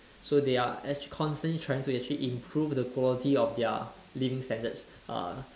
so they are actual constantly trying to actually improve the quality of their living standards uh